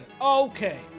Okay